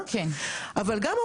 שלא היו טיסות לישראל,